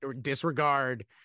disregard